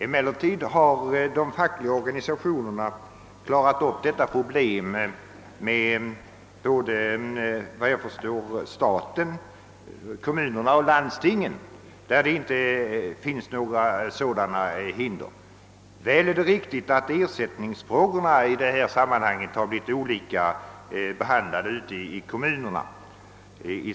Emellertid har de fackliga organisationerna klarat upp detta problem med staten, kommunerna och landstingen, där det alltså inte finns några hinder. Väl är det riktigt, att frågan om ersättning i samband med fullgörande av offentligt uppdrag blivit olika behandlad ute i kommunerna.